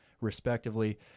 respectively